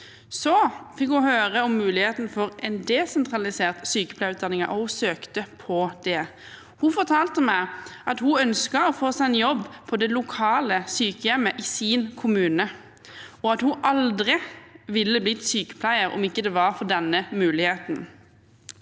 Så fikk hun høre om muligheten for en desentralisert sykepleierutdanning, og hun søkte på det. Hun fortalte meg at hun ønsket å få seg en jobb på det lokale sykehjemmet i sin kommune, og at hun aldri ville blitt sykepleier om det ikke var for denne muligheten.